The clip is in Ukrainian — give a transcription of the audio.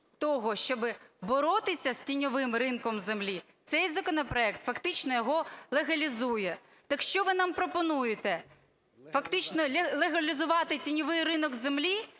того, щоби боротися з тіньовим ринком землі, цей законопроект фактично його легалізує. Так що ви нам пропонуєте? Фактично легалізувати тіньовий ринок землі